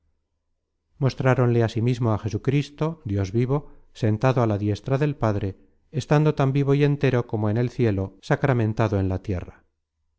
pecado mostráronle asimismo á jesucristo dios vivo sentado á la diestra del padre estando tan vivo y entero como en el cielo sacramentado en la tierra